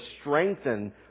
strengthen